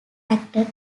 acted